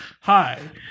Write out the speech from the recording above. hi